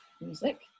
music